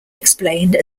explained